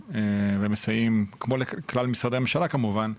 ומסייעים כמו לכלל משרדי הממשלה כמובן,